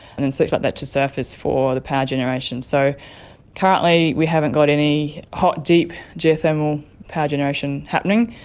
and then circulate that to surface for the power generation. so currently we haven't got any hot deep geothermal power generation happening,